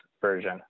version